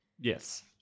Yes